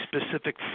specific